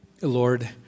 Lord